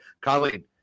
Colleen